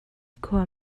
khua